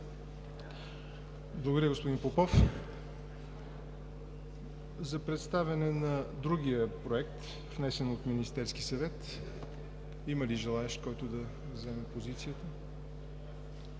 Благодаря, господин Попов. За представяне на другия проект, внесен от Министерския съвет, има ли желаещ, който да вземе отношение?